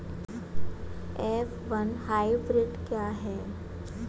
F one hybrid क्या है?